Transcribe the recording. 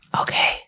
Okay